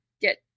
get